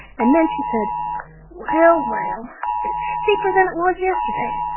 and then she said well, well! it's steeper than it was yesterday.